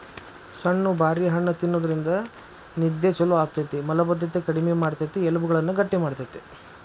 ಸಣ್ಣು ಬಾರಿ ಹಣ್ಣ ತಿನ್ನೋದ್ರಿಂದ ನಿದ್ದೆ ಚೊಲೋ ಆಗ್ತೇತಿ, ಮಲಭದ್ದತೆ ಕಡಿಮಿ ಮಾಡ್ತೆತಿ, ಎಲಬುಗಳನ್ನ ಗಟ್ಟಿ ಮಾಡ್ತೆತಿ